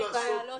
התארך.